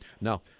Now